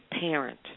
parent